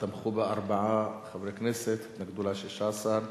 תמכו בה ארבעה חברי כנסת, התנגדו לה 16,